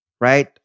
Right